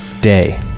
day